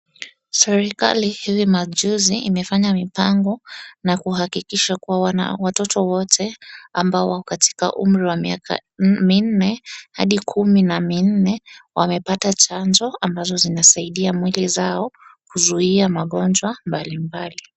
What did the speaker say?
Serikali hivi majuzi imefanya mipango na kuhakikisha kuwa watoto wote ambao wako katika umri wa miaka minne hadi kumi na minne wamepata chanjo ambazo zimesaidia mwili zao kuzuia magonjwa mbalimbali.